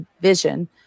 Vision